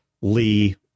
Lee